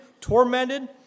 tormented